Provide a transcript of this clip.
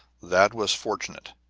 that was fortunate,